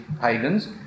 pagans